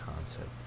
concept